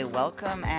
welcome